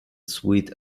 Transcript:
sweet